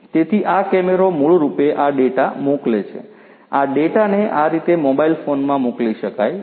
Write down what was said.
તેથી આ કેમેરો મૂળ રૂપે આ ડેટા મોકલે છે આ ડેટાને આ રીતે મોબાઇલ ફોનમાં મોકલી શકાય છે